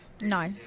No